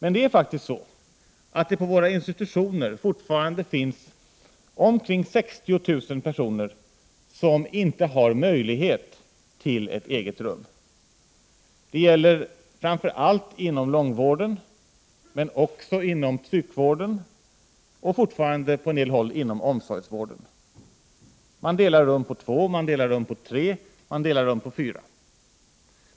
Men det är faktiskt så att det på våra institutioner fortfarande finns omkring 60 000 personer som inte kan få ett eget rum. Detta gäller framför allt inom långvården men också inom psykvården och fortfarande på en del håll inom omsorgsvården. Två, tre eller fyra personer delar rum.